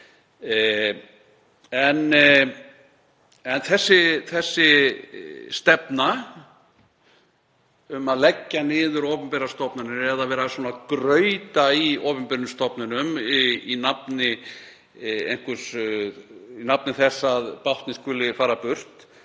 En þessi stefna um að leggja niður opinberar stofnanir, eða vera að grauta í opinberum stofnunum í nafni þess að báknið skuli fara burt,